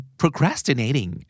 procrastinating